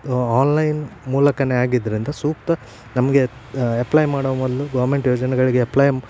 online ಮೂಲಕನೆ ಆಗಿದ್ದರಿಂದ ಸೂಕ್ತ ನಮಗೆ ಎಪ್ಲೈ ಮಾಡೊ ಮೊದಲು ಗೌರ್ಮೆಂಟ್ ಯೋಜನೆಗಳಿಗೆ ಎಪ್ಲೈ